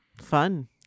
Fun